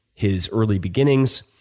his early beginnings,